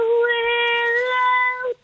willow